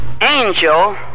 angel